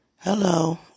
Hello